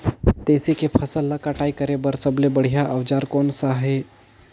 तेसी के फसल ला कटाई करे बार सबले बढ़िया औजार कोन सा हे?